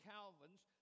Calvin's